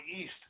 East